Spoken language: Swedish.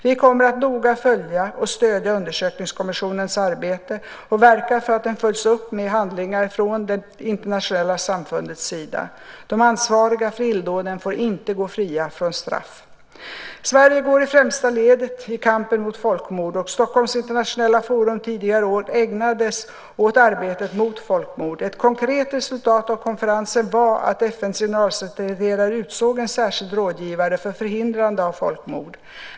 Vi kommer att noga följa och stödja undersökningskommissionens arbete och verka för att den följs upp med handlingar från det internationella samfundets sida. De ansvariga för illdåden får inte gå fria från straff. Sverige går i främsta ledet i kampen mot folkmord, och Stockholms Internationella Forum tidigare i år ägnades åt arbetet mot folkmord. Ett konkret resultat av konferensen var att FN:s generalsekreterare utsåg en särskild rådgivare för förhindrande av folkmord.